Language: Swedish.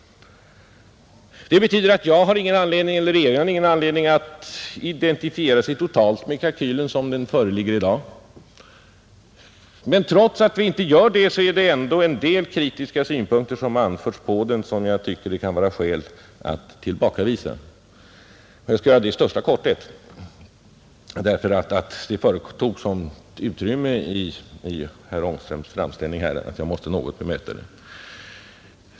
Det betyder att regeringen inte har någon anledning att identifiera sig totalt med kalkylen som den föreligger i dag. Men trots att vi inte gör det så tycker jag att det kan vara skäl att tillbakavisa en del kritiska synpunkter som har anförts på den. Jag skall göra det i största korthet, men det tog sådant utrymme i herr Ångströms framställning att jag måste något bemöta det.